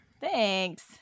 thanks